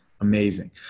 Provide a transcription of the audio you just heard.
Amazing